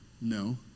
No